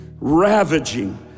ravaging